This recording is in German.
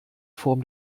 form